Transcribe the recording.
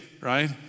right